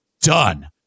done